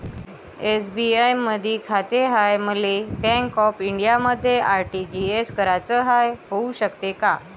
SBI मधी खाते हाय, मले बँक ऑफ इंडियामध्ये आर.टी.जी.एस कराच हाय, होऊ शकते का?